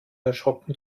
erschrocken